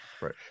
right